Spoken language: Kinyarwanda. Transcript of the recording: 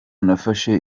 nafashe